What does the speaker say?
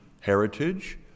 heritage